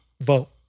vote